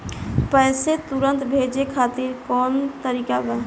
पैसे तुरंत भेजे खातिर कौन तरीका बा?